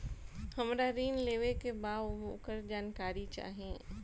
हमरा ऋण लेवे के बा वोकर जानकारी चाही